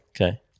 Okay